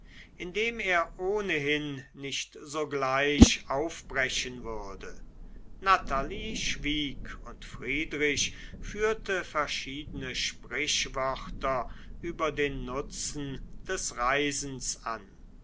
indem er ohnehin nicht so gleich aufbrechen würde natalie schwieg und friedrich führte verschiedene sprüchwörter über den nutzen des reisens an